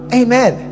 amen